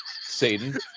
Satan